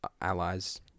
allies